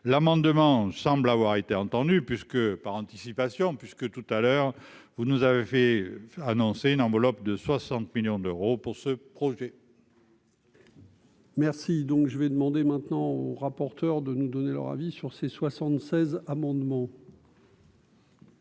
l'amendement semble avoir été entendu puisque, par anticipation, puisque tout à l'heure, vous nous avez annoncé une enveloppe de 60 millions d'euros pour ce projet. Merci donc je vais demander maintenant au rapporteur de nous donner leur avis sur ces 76 amendements.